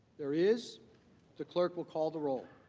there is the clerk will call the role.